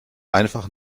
einfach